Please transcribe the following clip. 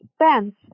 expense